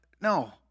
no